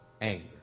anger